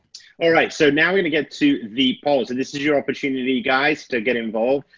all right, so now we're gonna get to the polls and this is your opportunity guys to get involved.